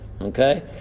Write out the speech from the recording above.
okay